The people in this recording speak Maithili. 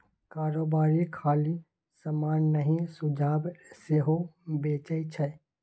कारोबारी खाली समान नहि सुझाब सेहो बेचै छै